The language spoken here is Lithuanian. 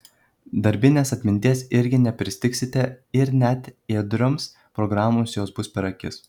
darbinės atminties irgi nepristigsite ir net ėdrioms programoms jos bus per akis